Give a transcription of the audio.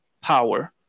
power